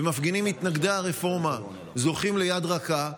ומפגינים מתנגדי הרפורמה זוכים ליד רכה,